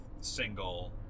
single